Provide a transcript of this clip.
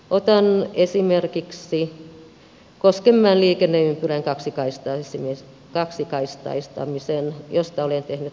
otan esimerkiksi koskenmäen liikenneympyrän kaksikaistaistamisen josta olen tehnyt talousarvioaloitteen